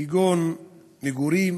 כגון מגורים,